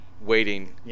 waiting